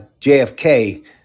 JFK